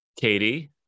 Katie